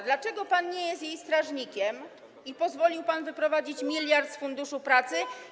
Dlaczego pan nie jest jej strażnikiem i pozwolił pan wyprowadzić 1 mld z Funduszu Pracy?